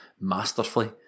masterfully